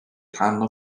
rhan